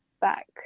back